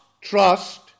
trust